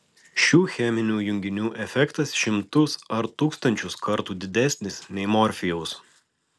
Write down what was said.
šių cheminių junginių efektas šimtus ar tūkstančius kartų didesnis nei morfijaus